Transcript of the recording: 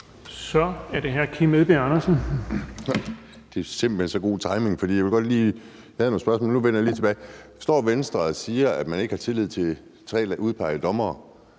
Kl. 17:21 Kim Edberg Andersen (NB): Det er simpelt hen så god timing, for jeg havde nogle spørgsmål, men nu vender jeg lige tilbage til det her: Står Venstre og siger, at man ikke har tillid til tre udpegede dommere?